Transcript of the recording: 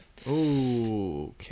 Okay